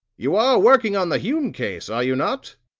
you are working on the hume case, are you not?